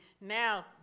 now